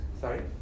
Sorry